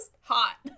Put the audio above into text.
hot